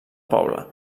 poble